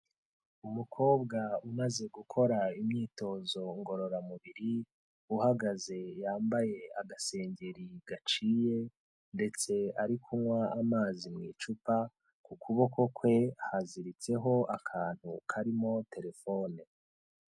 Umukobwa umaze gukora imyitozo ngororamubiri uhagaze yambaye agasengeri gaciye ndetse ari kunywa amazi mu icupa, ku kuboko kwe haziritseho akantu karimo terefone.